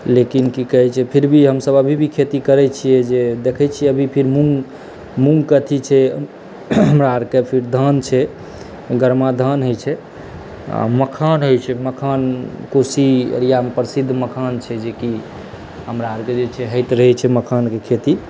लेकिन की कहै छै फिर भी हमसभ अभीभी खेती करै छियै देखै छियै जे मुँग मुँगके अथी छै हमरा आरके फेर धान छै घरमे धान होइ छै आ मखान होइ छै मखान कोशी एरियामे प्रसिद्ध मखान छै जेकि हमरा आरके जे छै होइत रहै छै मखानके खेती